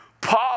Paul